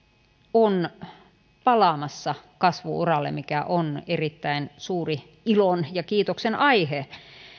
on palaamassa kasvu uralle mikä on erittäin suuri ilon ja kiitoksen aihe